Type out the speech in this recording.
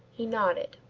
he nodded.